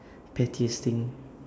pettiest thing